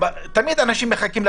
תמיד אנשים מחכים.